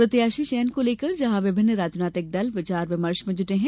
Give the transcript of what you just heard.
प्रत्याशी चयन को लेकर जहां विभिन्न राजनीतिक दल विचार विमर्श में जुटे हैं